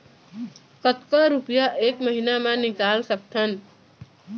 कतका रुपिया एक महीना म निकाल सकथन?